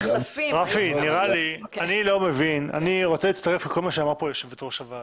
אני רוצה להצטרף לכל מה שאמרה פה יושבת-ראש הוועדה.